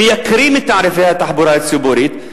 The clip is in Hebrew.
מייקרים את תעריפי התחבורה הציבורית,